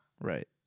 Right